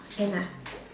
end ah